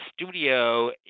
studio